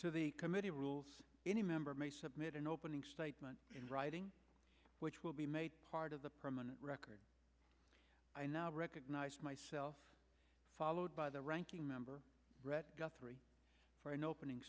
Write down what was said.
to the committee rules any member may submit an opening statement in writing which will be made part of the permanent record i now recognize myself followed by the ranking member guthrie for an opening